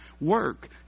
work